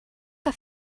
que